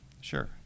Sure